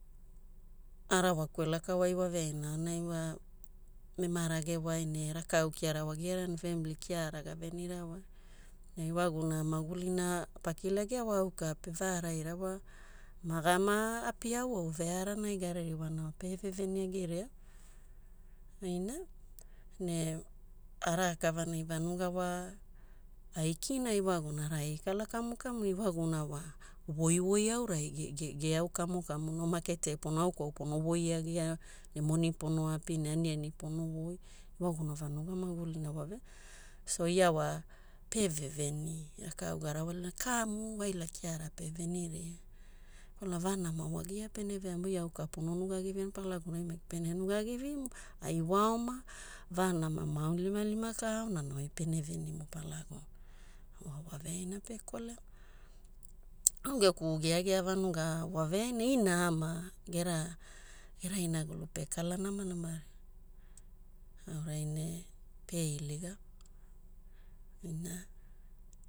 Arawaku elakawai waveaina aonai wa ema ragewai ne rakau kiara wagira na family kia'ara gavenirawai ne iwaguna magulina pakilagia wa auka pe vaaraira wa magama api auauvea'ana ai gaririwana pe veveni agiria, ina. Ne ara'a kavanai vanuga wa aikina iwagunara ai gekala kamukamuna, iwaguna wa voivoi aurai gege geau kamukamuna wa maketiai pono ao au kwana pono voiagia ne moni pono api ne aniani pono voi, iwaguna vanuga magulina waveaina. So ia wa pe veveni rakau garawalina, kamu, waila kia'ara pe veniria kwalana vanama wagia pene veamai oi au ka pono nugagivi'ia ne Palaguna maki pene nugagivi'imu. Ai waoma, vanama maunilimalima ka aonana oi pene venimu Palaguna, waveaina ina ama gera gera inagulu pekala namanamara aurai ne pe iliga, ina.